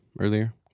earlier